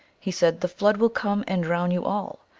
he said, the flood will come and drown you all.